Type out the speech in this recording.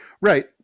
Right